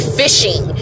fishing